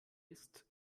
ist